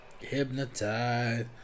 Hypnotized